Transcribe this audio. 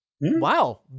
Wow